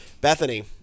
Bethany